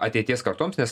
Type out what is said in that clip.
ateities kartoms nes